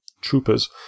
troopers